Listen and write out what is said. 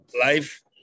life